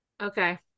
okay